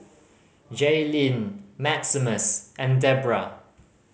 Jailene Maximus and Debbra